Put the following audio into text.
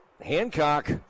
Hancock